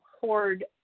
hoard